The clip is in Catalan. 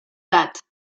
edat